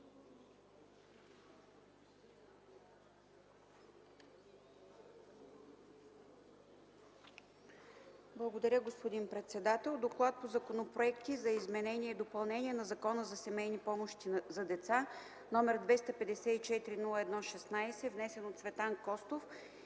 Благодаря, господин председател. „ДОКЛАД по законопроекти за изменение и допълнение на Закона за семейни помощи за деца № 254-01-16, внесен от Цветан Костов